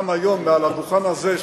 גם היום מעל הדוכן הזה,